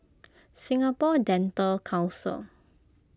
Singapore Dental Council